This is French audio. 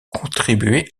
contribué